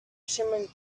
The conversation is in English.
shimmering